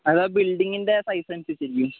അത് ആ ബിൽഡിങ്ങിൻ്റെ സൈസ് അനുസരിച്ചിരിക്കും